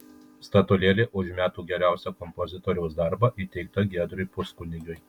statulėlė už metų geriausią kompozitoriaus darbą įteikta giedriui puskunigiui